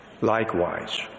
Likewise